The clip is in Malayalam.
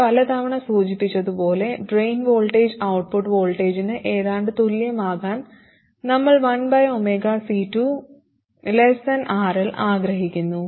ഞാൻ പല തവണ സൂചിപ്പിച്ചതുപോലെ ഡ്രെയിൻ വോൾട്ടേജ് ഔട്ട്പുട്ട് വോൾട്ടേജിന് ഏതാണ്ട് തുല്യമാകാൻ നമ്മൾ 1C2RL ആഗ്രഹിക്കുന്നു